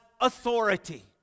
authority